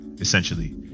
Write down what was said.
essentially